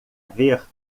ver